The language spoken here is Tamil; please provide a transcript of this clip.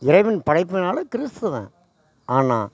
இறைவன் படைப்பினால் கிறிஸ்தவன் ஆனால்